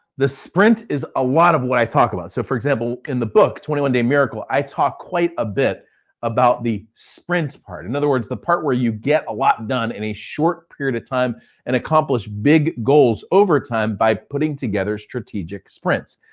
the sprint is a lot of what i talked about. so for example, in the book, twenty one day miracle, i talk quite a bit about the sprint part. in other words, the part where you get a lot done in a short period of time and accomplish big goals over time by putting together strategic sprints.